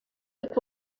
but